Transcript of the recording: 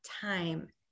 time